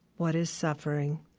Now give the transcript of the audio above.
what is suffering,